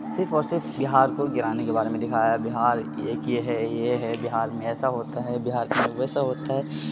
صرف اور صرف بہار کو گرانے کے بارے میں دکھایا بہار ایک یہ ہے یہ ہے بہار میں ایسا ہوتا ہے بہار ویسا ہوتا ہے